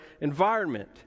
environment